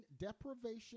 deprivation